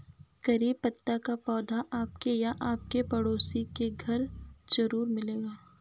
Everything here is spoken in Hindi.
करी पत्ता का पौधा आपके या आपके पड़ोसी के घर ज़रूर मिलेगा